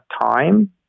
time